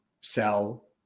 sell